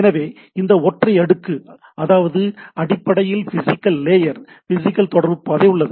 எனவே அந்த ஒற்றை அடுக்கு அதாவது அடிப்படையில் பிசிகல் லேயர் பிசிகல் தொடர்பு பாதை அங்கு உள்ளது